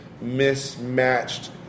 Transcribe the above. mismatched